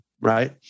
right